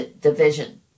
division